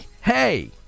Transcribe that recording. hey